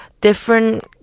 different